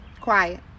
Quiet